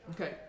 Okay